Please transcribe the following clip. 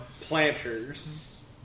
planters